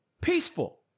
Peaceful